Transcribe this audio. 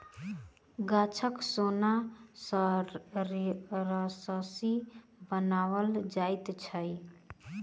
गाछक सोन सॅ रस्सी बनाओल जाइत अछि